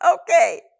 Okay